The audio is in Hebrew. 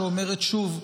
שאומרת שוב: